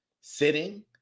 sitting